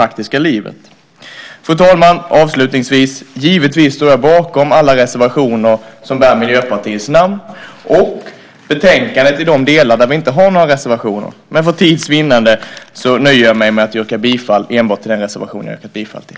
Avslutningsvis, fru talman, vill jag säga att jag givetvis står bakom alla reservationer som bär Miljöpartiets namn samt bakom utskottets förslag i betänkandet i de delar där vi inte har några reservationer, men för tids vinnande nöjer jag mig med att yrka bifall endast till reservation 8.